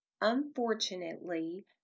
Unfortunately